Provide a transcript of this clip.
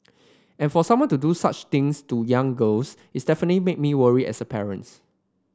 and for someone to do such things to young girls it's definitely made me worry as a parents